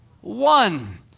one